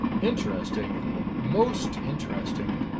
interesting most interesting!